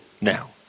now